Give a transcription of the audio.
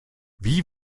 wie